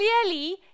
clearly